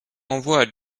envoie